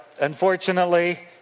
unfortunately